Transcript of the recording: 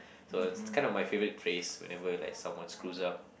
so it's kind of my favourite phrase whenever like someone screws up